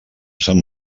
sant